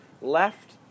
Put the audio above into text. left